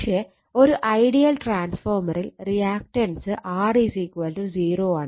പക്ഷെ ഒരു ഐഡിയൽ ട്രാൻസ്ഫോർമറിൽ റിയാക്റ്റൻസ് R 0 ആണ്